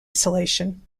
isolation